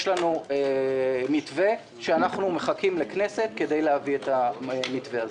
לנו מתווה ואנחנו מחכים לכנסת כדי להביא את המתווה הזה.